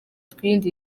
twirinde